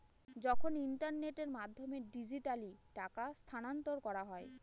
যখন ইন্টারনেটের মাধ্যমে ডিজিট্যালি টাকা স্থানান্তর করা হয়